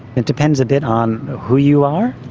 it depends a bit on who you are,